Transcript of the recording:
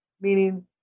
meaning